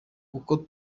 uko